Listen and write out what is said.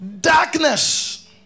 darkness